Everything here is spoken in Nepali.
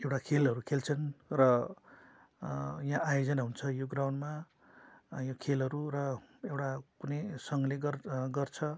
एउटा खेलहरू खेल्छन् र यहाँ आयोजना हुन्छ यो ग्राउन्डमा यो खेलहरू र एउटा कुनै सङ्घले गर् गर्छ